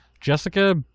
jessica